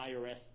IRS